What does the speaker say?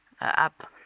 app